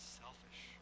selfish